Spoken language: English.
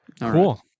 cool